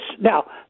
now